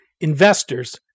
investors